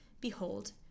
Behold